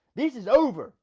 this is over.